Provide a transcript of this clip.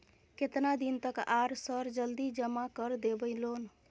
केतना दिन तक आर सर जल्दी जमा कर देबै लोन?